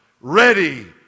Ready